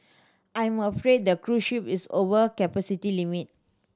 I'm afraid the cruise ship is over capacity limit